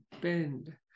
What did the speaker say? bend